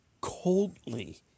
coldly